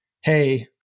hey